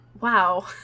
Wow